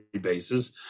bases